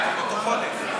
בתוך חודש.